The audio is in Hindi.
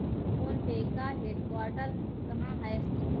फोन पे का हेडक्वार्टर कहां है संजू?